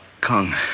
Kong